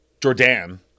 Jordan